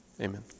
Amen